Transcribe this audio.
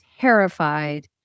terrified